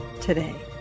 today